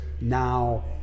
now